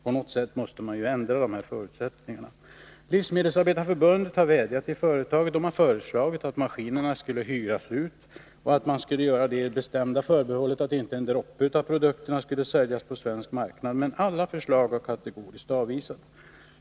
På något sätt måste en ändring kunna åstadkommas beträffande förutsättningarna i fall som detta. Svenska livsmedelsarbetareförbundet har vädjat till företaget. Man har föreslagit att maskinerna hyrs ut och att det bestämda förbehållet görs att inte en droppe av produkterna får säljas på svensk marknad. Men alla förslag har kategoriskt avvisats.